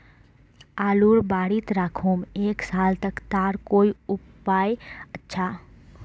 आलूर बारित राखुम एक साल तक तार कोई उपाय अच्छा?